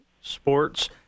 Sports